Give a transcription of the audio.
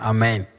Amen